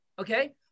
okay